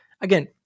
again